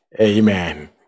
Amen